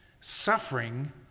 Suffering